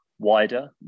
wider